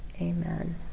Amen